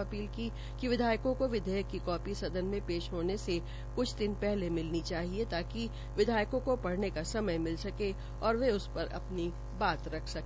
appeal की विधायकों को विधेयक की कापी सदन में पेश होने से कुछ दिन पहले मिलनी चाहिए ताकि विधायकों और वे उस पर अपनी बात रख सके